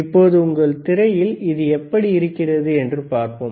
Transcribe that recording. இப்போது உங்கள் திரையில் இது எப்படி இருக்கிறது என்று பார்ப்போம்